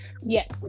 Yes